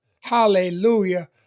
hallelujah